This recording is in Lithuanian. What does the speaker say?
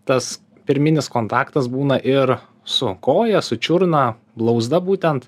tas pirminis kontaktas būna ir su koja su čiurna blauzda būtent